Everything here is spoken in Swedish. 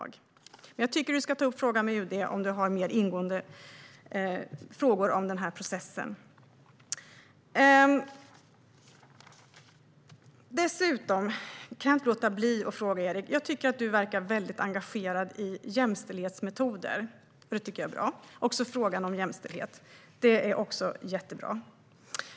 Jag tycker att Erik Andersson ska ta upp frågan med Utrikesdepartementet om han har mer ingående frågor om processen. Dessutom kan jag inte låta bli att ställa en fråga till Erik Andersson. Jag tycker att han verkar väldigt engagerad i jämställdhetsmetoder och frågan om jämställdhet, och det tycker jag är jättebra.